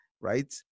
right